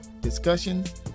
discussions